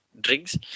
drinks